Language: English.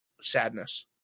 sadness